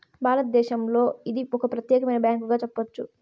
భారతదేశంలో ఇది ఒక ప్రత్యేకమైన బ్యాంకుగా చెప్పొచ్చు